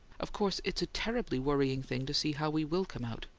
of course it's a terribly worrying thing to see how we will come out.